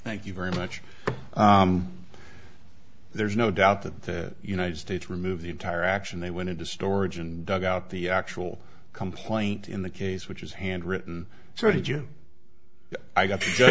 thank you very much there's no doubt that the united states remove the entire action they went into storage and dug out the actual complaint in the case which is handwritten so that you i